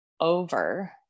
over